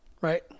Right